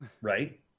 right